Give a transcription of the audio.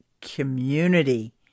community